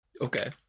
Okay